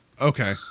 okay